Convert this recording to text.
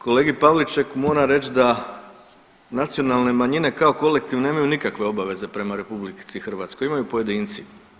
Kolegi Pavličeku moram reći da nacionalne manjine kao kolektiv nemaju nikakve obaveze prema RH, imaju pojedinci.